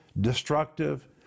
destructive